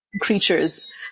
creatures